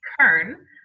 kern